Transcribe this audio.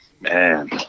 Man